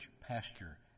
pasture